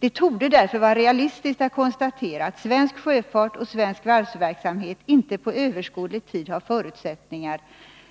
Det torde därför vara realistiskt att konstatera att svensk sjöfart och svensk varvsverksamhet inte på överskådlig tid har förutsättningar